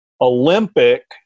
olympic